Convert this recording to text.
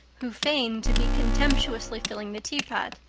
who feigned to be contemptuously filling the teapot,